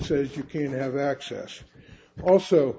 says you can't have access also